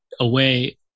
away